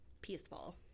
peaceful